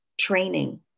training